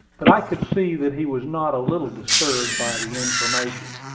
but i could see that he was not a little disturbed by the information.